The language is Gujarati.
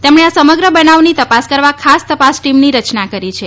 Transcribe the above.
તેમણે આ સમગ્ર બનાવની તપાસ કરવા ખાસ તપાસ ટીમની રચના કરી છે